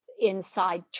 inside